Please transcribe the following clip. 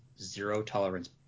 zero-tolerance